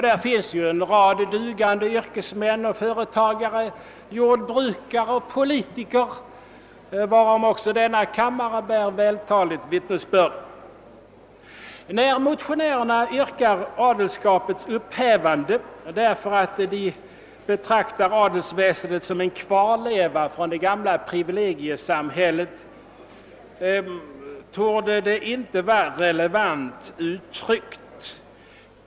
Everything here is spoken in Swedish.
Där finns ju en rad dugande yrkesmän och företagare, jordbrukare och politiker, varom också denna kammare bär vältaligt vittnesbörd. När motionärerna yrkar adelskapets upphävande, därför att de betraktar adelsväsendet som >»en kvarleva från det gamla privilegiesamhället«, torde det inte vara adekvat uttryckt.